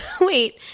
Wait